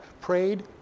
prayed